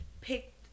picked